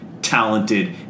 Talented